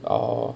orh